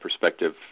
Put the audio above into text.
perspective